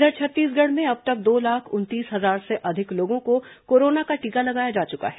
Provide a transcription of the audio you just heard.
इधर छत्तीसगढ़ में अब तक दो लाख उनतीस हजार से अधिक लोगों को कोरोना का टीका लगाया जा चुका है